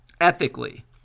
ethically